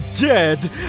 dead